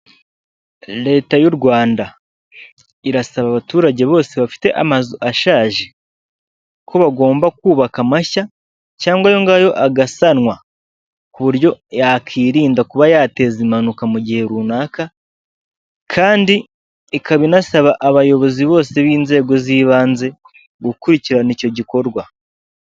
Leta y'u rwanda irasaba abaturage bose bafite amazu ashaje, ko bagomba kubaka amashya cyangwa ayo ngayo agasanwa, ku buryo yakiririnda kuba yateza impanuka mu gihe runaka, kandi ikaba inasaba abayobozi bose b'inzego z'ibanze gukurikirana icyo gikorwa.